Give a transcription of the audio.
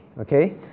okay